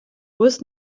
bus